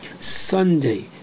Sunday